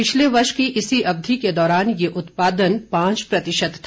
पिछले वर्ष की इसी अवधि के दौरान यह उत्पादन पांच प्रतिशत था